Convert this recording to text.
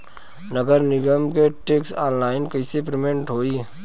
नगर निगम के टैक्स ऑनलाइन कईसे पेमेंट होई?